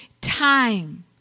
time